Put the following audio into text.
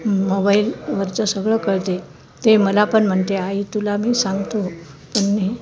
मोबाईलवरचं सगळं कळते ते मला पण म्हणते आई तुला मी सांगतो पण मग